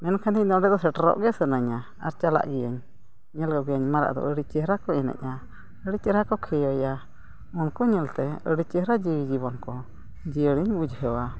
ᱢᱮᱱᱠᱷᱟᱱ ᱤᱧᱫᱚ ᱚᱸᱰᱮ ᱫᱚ ᱥᱮᱴᱮᱨᱚᱜ ᱜᱮ ᱥᱟᱱᱟᱧᱟ ᱟᱨ ᱪᱟᱞᱟᱜ ᱜᱤᱭᱟᱹᱧ ᱧᱮᱞ ᱠᱚᱜᱮᱭᱟᱹᱧ ᱢᱟᱨᱟᱜ ᱫᱚ ᱟᱹᱰᱤ ᱪᱮᱦᱨᱟ ᱠᱚ ᱮᱱᱮᱡᱼᱟ ᱟᱹᱰᱤ ᱪᱮᱦᱨᱟ ᱠᱚ ᱠᱷᱤᱭᱟᱹᱭᱟ ᱩᱱᱠᱩ ᱧᱮᱞ ᱛᱮ ᱟᱹᱰᱤ ᱪᱮᱦᱨᱟ ᱡᱤᱣᱤ ᱡᱤᱵᱚᱱ ᱠᱚ ᱡᱤᱭᱟᱹᱲ ᱤᱧ ᱵᱩᱡᱷᱟᱹᱣᱟ